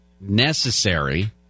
necessary